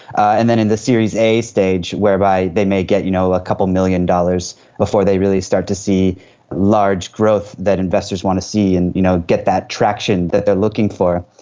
and then in the series a stage whereby they may get you know a couple of million dollars before they really start to see large growth that investors want to see and you know get that traction that they are looking for.